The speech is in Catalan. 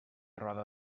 roda